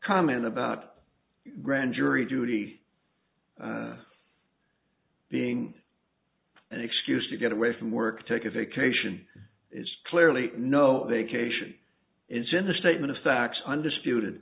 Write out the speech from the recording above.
comment about grand jury duty being an excuse to get away from work take a vacation is clearly no vacation is in the statement of facts undisputed